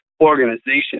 organization